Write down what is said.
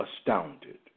astounded